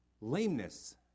Lameness